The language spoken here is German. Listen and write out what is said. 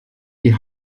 die